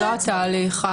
עו"ד קלינגר, זה לא התהליך.